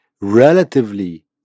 relatively